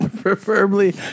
Preferably